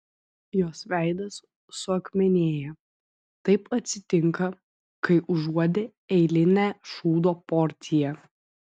jos veidas suakmenėja taip atsitinka kai užuodi eilinę šūdo porciją